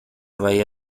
bahía